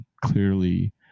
clearly